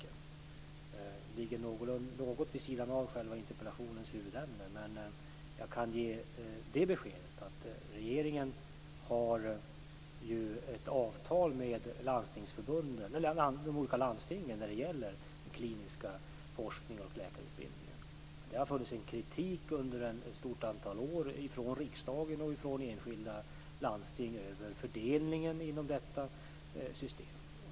Den ligger något vid sidan av interpellationens huvudämne, men jag kan ge det beskedet att regeringen har ett avtal med de olika landstingen när det gäller den kliniska forskningen och läkarutbildningen. Det har funnits en kritik under ett stort antal år, från riksdagen och från enskilda landsting, mot fördelningen inom detta system.